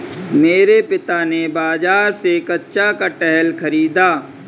मेरे पिता ने बाजार से कच्चा कटहल खरीदा